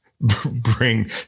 bring